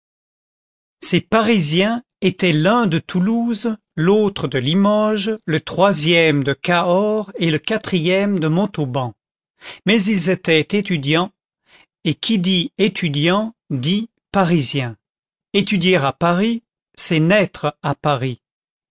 ces parisiens étaient l'un de toulouse l'autre de limoges le troisième de cahors et le quatrième de montauban mais ils étaient étudiants et qui dit étudiant dit parisien étudier à paris c'est naître à paris